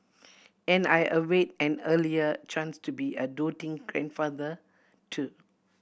and I await an earlier chance to be a doting grandfather too